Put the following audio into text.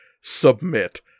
Submit